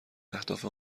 اهداف